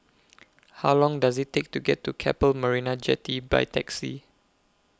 How Long Does IT Take to get to Keppel Marina Jetty By Taxi